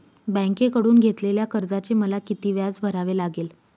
बँकेकडून घेतलेल्या कर्जाचे मला किती व्याज भरावे लागेल?